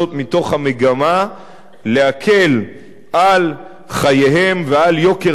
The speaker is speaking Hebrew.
זה מתוך המגמה להקל על חייהם ועל יוקר